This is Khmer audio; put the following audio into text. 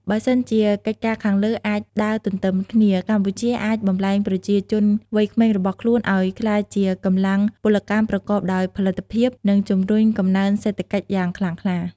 បើសិនជាកិច្ចការខាងលើអាចអាចដើរទន្ទឹមគ្នា កម្ពុជាអាចបំលែងប្រជាជនវ័យក្មេងរបស់ខ្លួនឲ្យក្លាយជាកម្លាំងពលកម្មប្រកបដោយផលិតភាព ដែលជំរុញកំណើនសេដ្ឋកិច្ចយ៉ាងខ្លាំងខ្លា។